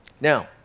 Now